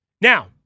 Now